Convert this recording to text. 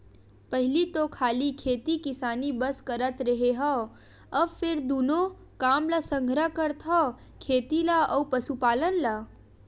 पहिली तो खाली खेती किसानी बस करत रेहे हँव, अब फेर दूनो काम ल संघरा करथव खेती ल अउ पसुपालन ल